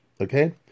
Okay